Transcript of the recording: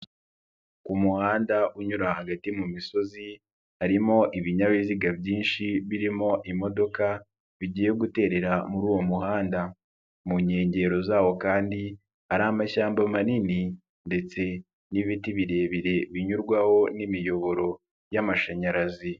Ku muhanda unyura hagati mu misozi harimo, ibinyabiziga byinshi birimo imodoka bigiye guterera muri uwo muhanda. Mu nkengero zawo kandi ari amashyamba manini ndetse n'ibiti birebire binyurwaho n'imiyoboro y'amashanyarazi.